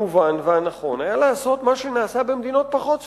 המובן והנכון היה לעשות מה שנעשה במדינות פחות צפופות,